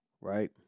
right